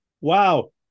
Wow